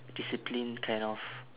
discipline kind of